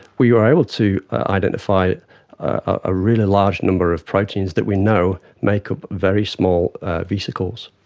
we were able to identify a really large number of proteins that we know make up very small vesicles.